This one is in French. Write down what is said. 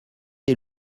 est